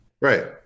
Right